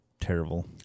terrible